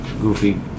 goofy